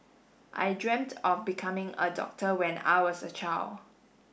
I dreamt of becoming a doctor when I was a child